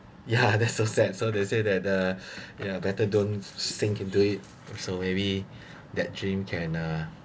ya that's so sad so they say that uh yeah better don't sink into it or so maybe that dream can uh